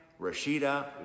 Rashida